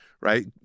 right